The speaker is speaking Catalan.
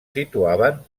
situaven